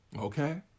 Okay